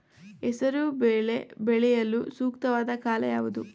ಹೆಸರು ಬೇಳೆ ಬೆಳೆಯಲು ಸೂಕ್ತವಾದ ಕಾಲ ಯಾವುದು?